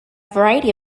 variety